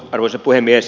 arvoisa puhemies